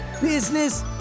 business